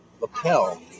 lapel